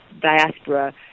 diaspora